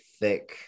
thick